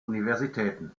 universitäten